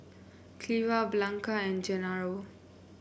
Cleva Blanca and Genaro